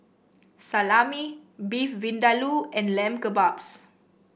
Salami Beef Vindaloo and Lamb Kebabs